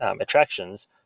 attractions